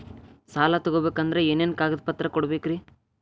ಸಾಲ ತೊಗೋಬೇಕಂದ್ರ ಏನೇನ್ ಕಾಗದಪತ್ರ ಕೊಡಬೇಕ್ರಿ?